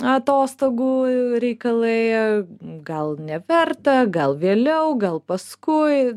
atostogų reikalai gal neverta gal vėliau gal paskui